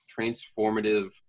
transformative